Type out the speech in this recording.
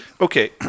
Okay